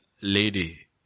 lady